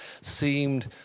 seemed